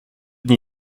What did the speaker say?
dni